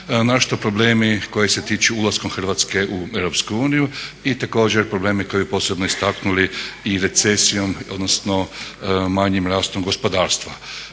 na što problemi koji se tiču ulaskom Hrvatske u EU i također problemi koji bi posebno istaknuli i recesijom, odnosno manjim rastom gospodarstva.